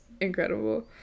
incredible